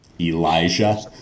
Elijah